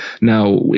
Now